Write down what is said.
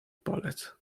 palec